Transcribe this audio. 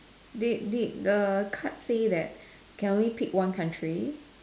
did did the card say that can we pick one country